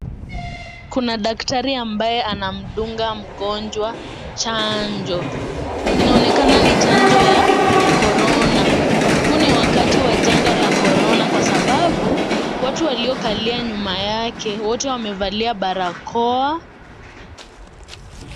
Kuna daktari ambaye anamdunga mgonjwa chanjo. Inaonekana ni chanjo ya corona. Huu ni wakati wa janga la corona kwasababu, watu waliokalia nyuma yake wote wamevalia barakoa.